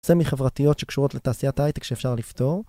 סמי חברתיות שקשורות לתעשיית הייטק שאפשר לפתור